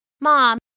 Mom